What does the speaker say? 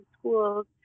schools